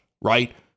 right